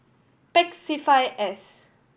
Pek C five S